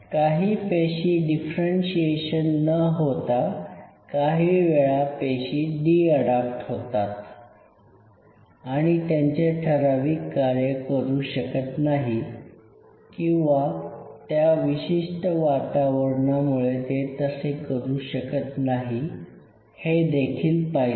काही पेशी डिफरेंशीएशन न होता काही वेळा पेशी डी अडाप्ट होतात आणि त्यांचे ठराविक कार्य करू शकत नाही किंवा त्या विशिष्ट वातावरणामुळे ते तसे करू शकत नाही हे देखिल पाहिले